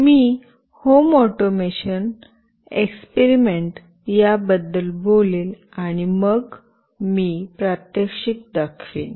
मी home automation experiment याबद्दल बोलेन आणि मग मी प्रात्यक्षिक दाखवीन